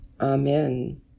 Amen